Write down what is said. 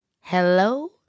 Hello